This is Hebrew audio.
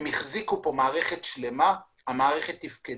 הם החזיקו מערכת שלמה שתפקדה.